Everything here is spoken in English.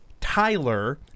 Tyler